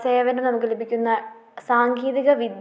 സേവനം നമുക്ക് ലഭിക്കുന്ന സാങ്കേതിക വിദ്യ